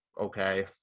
okay